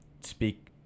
speak